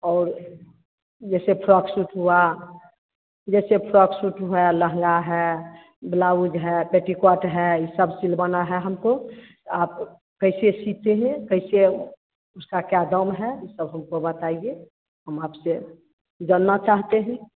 और जैसे frock suit हुआ जैसे फ्रॉक सूट भया लहंगा है ब्लाउज है पेटीकोट है यह सब सिलवाना है हमको आप कैसे सीते हैं कैसे उसका क्या दाम है वो सब हमको बताइए हम आपसे जानना चाहते हैं